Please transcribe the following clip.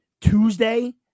Tuesday